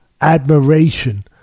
admiration